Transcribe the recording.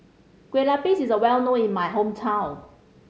Kueh Lapis is well known in my hometown